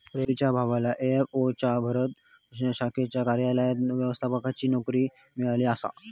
रवीच्या भावाला एफ.ए.ओ च्या भारत शाखेच्या कार्यालयात व्यवस्थापकाची नोकरी मिळाली आसा